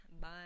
Bye